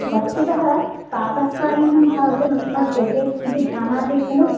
वस्तुतः प्रातःकालीनं भोजनं न त्यजेत् इति जानाति खलु